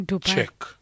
check